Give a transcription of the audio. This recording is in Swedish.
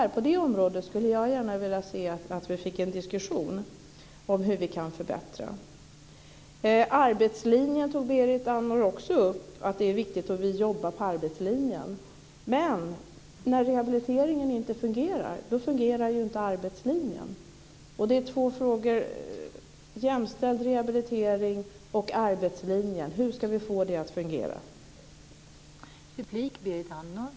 På det området skulle jag gärna vilja se att vi fick en diskussion om hur vi kan förbättra. Berit Andnor tog också upp arbetslinjen. Det är viktigt att vi jobbar för arbetslinjen. Men när rehabiliteringen inte fungerar, fungerar inte heller arbetslinjen. Hur ska vi få jämställd rehabilitering och arbetslinjen att fungera? Det är två frågor.